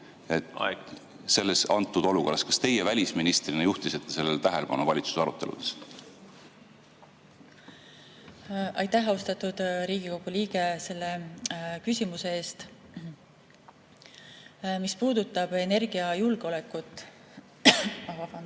selles olukorras. Kas teie välisministrina juhtisite sellele tähelepanu valitsuse aruteludes? Aitäh, austatud Riigikogu liige, selle küsimuse eest! Mis puudutab energiajulgeolekut